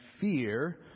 fear